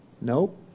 Nope